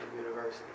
University